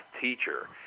teacher